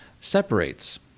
separates